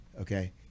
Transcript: okay